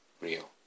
real